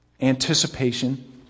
anticipation